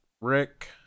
Rick